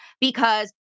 because-